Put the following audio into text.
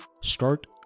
Start